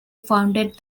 founded